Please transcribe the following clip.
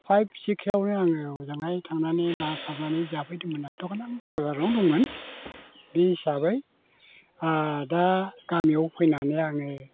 five सिक्सआवनो आङो हजोंहाय थांनानै ना सारनानै जाफैदोंमोन आं थखन आं क'क्रझारावनो दंमोन बे हिसाबै दा गामियाव फैनानै आङो